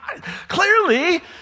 clearly